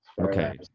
Okay